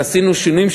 ועשינו שינויים,